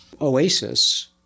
oasis